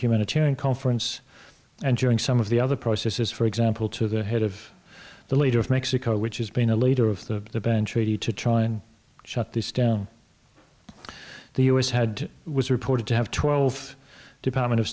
humanitarian conference and during some of the other processes for example to the head of the leader of mexico which has been a leader of the ban treaty to try and shut this down the u s had it was reported to have twelve department of